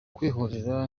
kwihorera